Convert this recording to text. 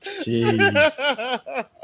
Jeez